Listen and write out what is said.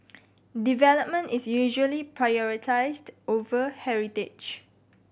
development is usually prioritised over heritage